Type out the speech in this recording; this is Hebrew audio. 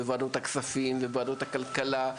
ועדות הכספים וועדות הכלכלה,